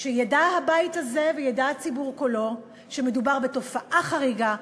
ידע הבית הזה וידע הציבור כולו שמדובר בתופעה חריגה,